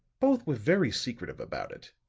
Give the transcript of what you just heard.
both were very secretive about it.